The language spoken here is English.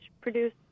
produce